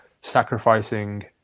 sacrificing